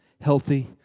Healthy